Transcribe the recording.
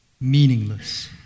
meaningless